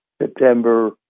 September